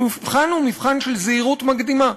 המבחן הוא מבחן של זהירות מקדימה,